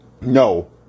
No